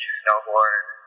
snowboard